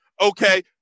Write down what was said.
okay